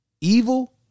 evil